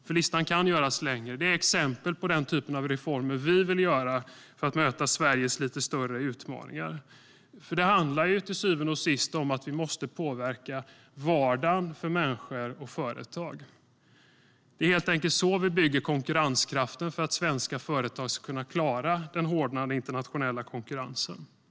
Det här och annat är exempel på den typ av reformer vi vill göra för att möta Sveriges lite större utmaningar. Det handlar till syvende och sist om att vi måste påverka vardagen för människor och företag. Det är helt enkelt så vi bygger konkurrenskraften för att svenska företag ska kunna klara den hårdnande internationella konkurrensen.